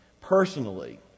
Personally